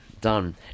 done